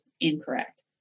incorrect